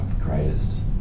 greatest